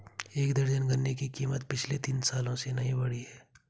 एक दर्जन गन्ने की कीमत पिछले तीन सालों से नही बढ़ी है